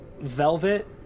Velvet